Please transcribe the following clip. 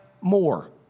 more